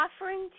offering